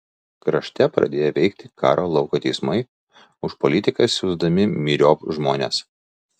krašte pradėjo veikti karo lauko teismai už politiką siųsdami myriop žmones